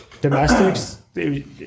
domestics